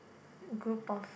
group of